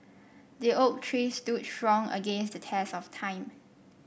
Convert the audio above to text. the oak tree stood strong against the test of time